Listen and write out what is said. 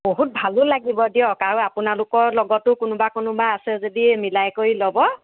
বহুত ভালো লাগিব দিয়ক আৰু আপোনালোকৰ লগতো কোনোবা কোনোবা আছে যদি মিলাই কৰি ল'ব